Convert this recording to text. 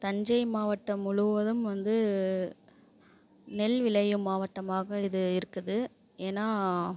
தஞ்சை மாவட்டம் முழுவதும் வந்து நெல் விளையும் மாவட்டமாக இது இருக்குது ஏன்னா